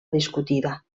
discutida